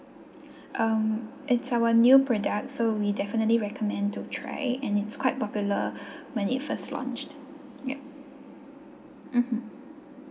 um it's our new product so we definitely recommend to try and it's quite popular when it first launched ya mmhmm